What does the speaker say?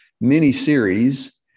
mini-series